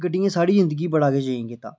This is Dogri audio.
गड्डियें साढ़ी जिंदगी च बड़ा किश चेंज कीता